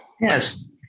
Yes